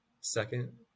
Second